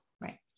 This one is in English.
Right